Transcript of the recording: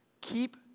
keep